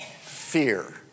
fear